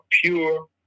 pure